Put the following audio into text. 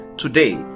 Today